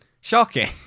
Shocking